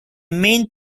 main